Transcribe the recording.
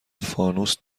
فانوس